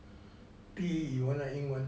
第一 you want the 英文